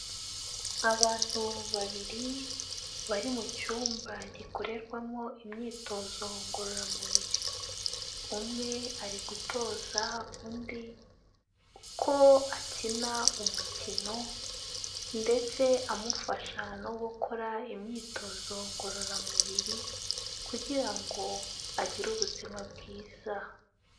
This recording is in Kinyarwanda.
Abantu babiri bari mu cyumba gikorerwamo imyitozo ngororamubiri, umwe ari gutoza undi uko akina umukino ndetse amufasha no gukora imyitozo ngororamubiri kugira ngo agire ubuzima bwiza.